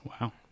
Wow